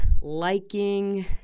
liking